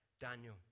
Daniel